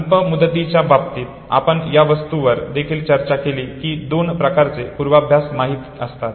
अल्प मुदतीच्या बाबतीत आपण या वस्तुस्थितीवर देखील चर्चा केली की दोन प्रकारचे पूर्वाभ्यास माहित असतात